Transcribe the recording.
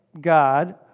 God